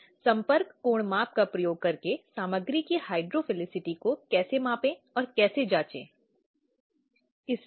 सभी तिथियों घटनाओं में गवाहों के नाम दस्तावेजों आदि को वहां रखा जाना चाहिए